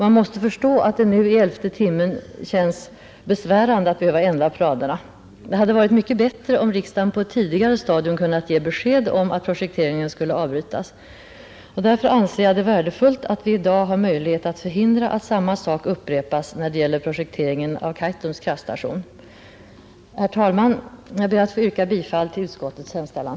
Man måste förstå att det nu i elfte timmen känns besvärande att behöva ändra planerna. Det hade varit mycket bättre om riksdagen på ett tidigare stadium kunnat ge besked om att projekteringen skulle avbrytas. Därför anser jag det värdefullt att vi i dag har möjlighet att förhindra att samma sak upprepas när det gäller projekteringen av Kaitums kraftstation. Herr talman! Jag ber att få yrka bifall till utskottets hemställan.